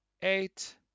eight